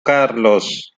carlos